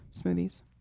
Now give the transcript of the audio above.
smoothies